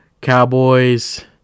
Cowboys